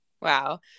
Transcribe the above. Wow